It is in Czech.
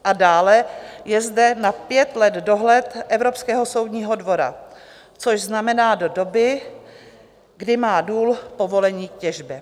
A dále, je zde na pět let dohled Evropského soudního dvora, což znamená do doby, kdy má důl povolení k těžbě.